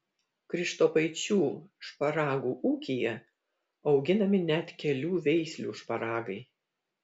krištopaičių šparagų ūkyje auginami net kelių veislių šparagai